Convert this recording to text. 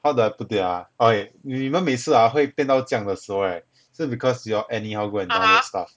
how do I put it ah okay 你们每次 ah 会变到这样的时候 right 是 because you all anyhow go and download stuff